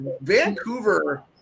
Vancouver